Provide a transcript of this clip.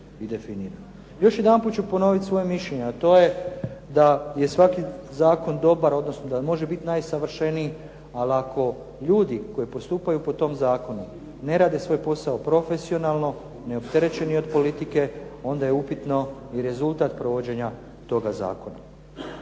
Još jedanput ću ponoviti svoje mišljenje, a to je da je svaki zakon dobar, odnosno da može biti najsavršeniji, ali ako ljudi koji postupaju po tom zakonu ne rade svoj posao profesionalno, neopterećeni od politike, onda je upitno i rezultat provođenja toga zakona.